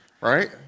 right